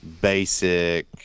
basic